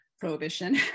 prohibition